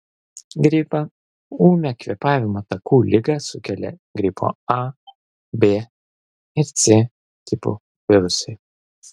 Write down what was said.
gripą ūmią kvėpavimo takų ligą sukelia gripo a b ir c tipų virusai